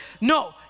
No